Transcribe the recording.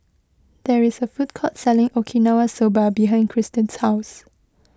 there is a food court selling Okinawa Soba behind Kristyn's house